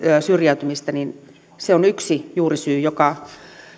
syrjäytymistä niin se on yksi juurisyy joka